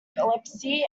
epilepsy